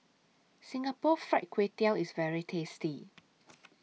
Singapore Fried Kway Tiao IS very tasty